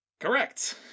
Correct